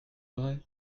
vrai